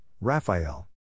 Raphael